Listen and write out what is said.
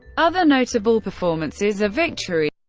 other notable performances are victories